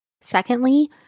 Secondly